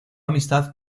amistad